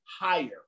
higher